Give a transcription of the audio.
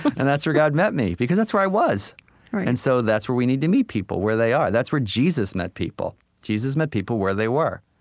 and that's where god met me. because that's where i was right and so that's where we need to meet people where they are. that's where jesus met people. jesus met people where they were.